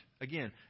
Again